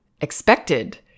expected